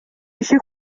иши